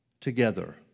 together